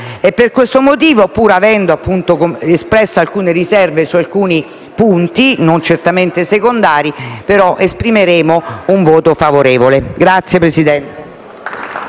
Per questo motivo, pur avendo espresso alcune riserve su alcuni punti, non certamente secondari, esprimeremo un voto favorevole al documento